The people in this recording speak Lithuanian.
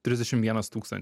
trisdešim vienas tūkstan